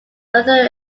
further